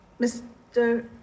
Mr